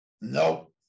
no